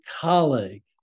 colleague